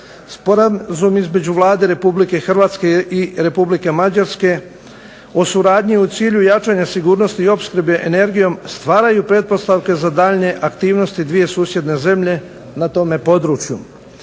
Sporazum između Vlade Republike Hrvatske i Republike Mađarske o suradnji u cilju jačanja sigurnosti opskrbe energijom stvaraju pretpostavke za daljnje aktivnosti dvije susjedne zemlje na tome području.